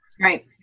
Right